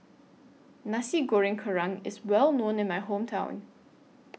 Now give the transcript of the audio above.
Nasi Goreng Kerang IS Well known in My Hometown